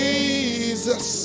Jesus